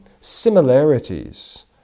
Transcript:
similarities